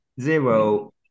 Zero